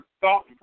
thought